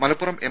Malappuram M